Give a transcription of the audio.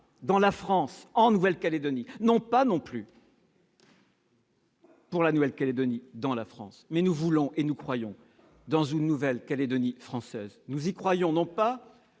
dans la France en Nouvelle-Calédonie ni dans la Nouvelle-Calédonie dans la France ; nous voulons et nous croyons dans une nouvelle Calédonie française ! Nous y croyons au